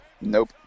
nope